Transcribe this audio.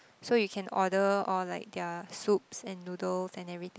so you can order or like their soups and noodles and everything